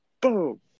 boom